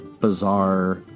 bizarre